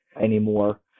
anymore